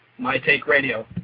MyTakeRadio